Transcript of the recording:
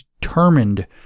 determined